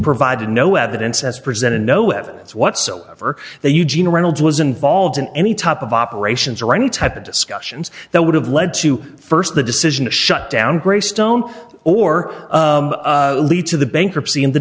provided no evidence as presented no evidence whatsoever that eugene reynolds was involved in any type of operations or any type of discussions that would have led to st the decision to shut down greystone or lead to the bankruptcy in the